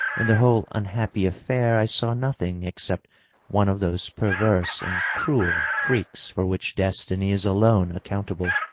in the whole unhappy affair i saw nothing except one of those perverse and cruel freaks for which destiny is alone accountable.